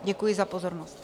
Děkuji za pozornost.